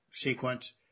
sequence